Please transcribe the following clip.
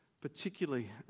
particularly